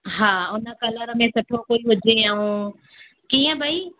हा हुन कलर में सुठो कोई विझे ऐं कीअं भई